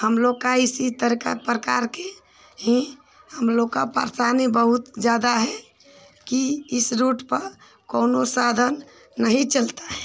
हमलोग का इसी तरह का प्रकार करके ही हमलोग की परेशानी बहुत ज़्यादा है कि इस रूट पर कोनो साधन नहीं चलता है